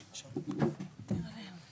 בשעה 11:16 ונתחדשה בשעה 11:40.)